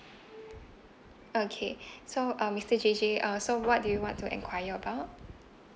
okay so um mister j j uh so what do you want to enquire about